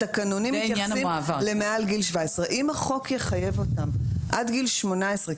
התקנונים מתייחסים למעל גיל 17. אם החוק יחייב אותם עד גיל 18,